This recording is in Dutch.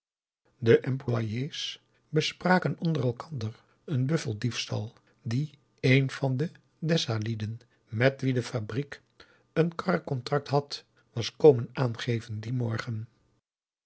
de employés bespraken onder elkander een buffel diefstal dien een van de dessalieden met wien de fabriek een karre contract had was komen aangeven dien morgen